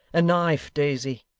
a knife, daisy